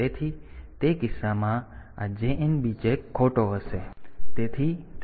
તેથી તે કિસ્સામાં આ JNB ચેક ખોટો હશે